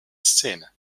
szene